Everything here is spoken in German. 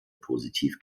positiv